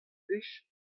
plij